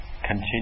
continue